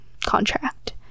contract